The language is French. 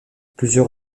plusieurs